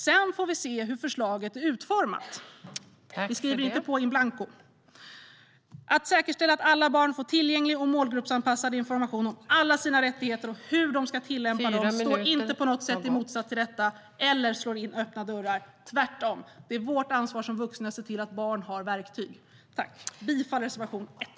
Men först vill vi se hur förslaget är utformat. Vi skriver inte på in blanco. Att säkerställa att alla barn får tillgänglig och målgruppsanpassad information om alla sina rättigheter och hur de ska tillämpa dem står inte på något sätt i motsats till detta eller slår in öppna dörrar. Tvärtom! Det är vårt ansvar som vuxna att se till att barn har verktyg. Jag yrkar bifall till reservation 1.